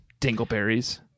dingleberries